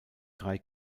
drei